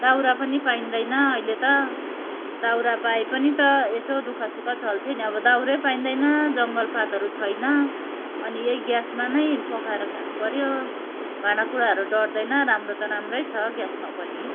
दाउरा पनि पाइँदैन अहिले त दाउरा पाए पनि त यसो दु ख सुख चल्थ्यो नि अब दाउरै पाइँदैन जङ्गल पातहरू छैन अनि यही ग्यासमा नै पकाएर खानुपऱ्यो भाँडाकुँडाहरू डढ्दैन राम्रो त राम्रै छ ग्यासमा पनि